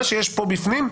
מה שיש כאן בפנים,